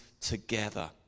together